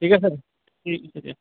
ঠিক আছে ঠিক আছে দিয়া